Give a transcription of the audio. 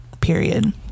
Period